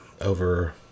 over